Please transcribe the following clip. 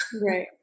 Right